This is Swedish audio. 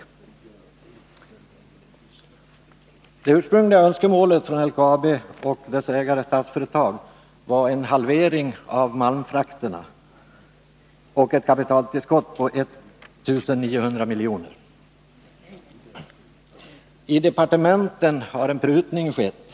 Det ursprungliga önskemålet från LKAB och dess ägare Statsföretag var en halvering av fraktsatserna för malmtransporterna och ett kapitaltillskott på 1900 miljoner. I departementen har en prutning skett.